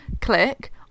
click